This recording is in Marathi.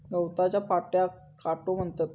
गवताच्या काट्याक काटो म्हणतत